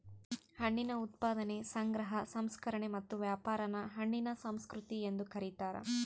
ಹಣ್ಣಿನ ಉತ್ಪಾದನೆ ಸಂಗ್ರಹ ಸಂಸ್ಕರಣೆ ಮತ್ತು ವ್ಯಾಪಾರಾನ ಹಣ್ಣಿನ ಸಂಸ್ಕೃತಿ ಎಂದು ಕರೀತಾರ